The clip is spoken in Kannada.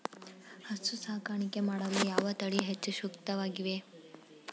ಹಸು ಸಾಕಾಣಿಕೆ ಮಾಡಲು ಯಾವ ತಳಿ ಹೆಚ್ಚು ಸೂಕ್ತವಾಗಿವೆ?